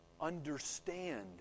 understand